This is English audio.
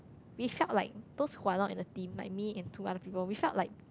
we felt like those who are not in the team like me and two other people we felt like